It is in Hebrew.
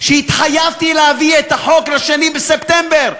שהתחייבתי להביא את החוק ב-2 בספטמבר.